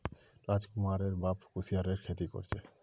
राजकुमारेर बाप कुस्यारेर खेती कर छे